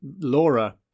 Laura